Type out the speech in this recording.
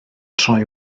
troi